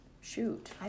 shoot